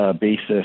Basis